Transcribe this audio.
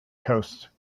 coasts